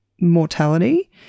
mortality